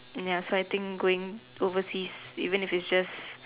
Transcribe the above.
ya so I think going overseas even if it's just